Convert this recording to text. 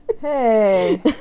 Hey